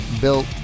built